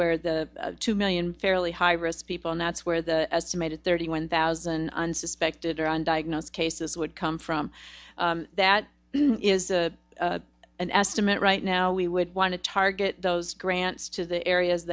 where the two million fairly high risk people and that's where the tomato thirty one thousand unsuspected or on diagnose cases would come from that is an estimate right now we would want to target those grants to the areas